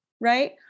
right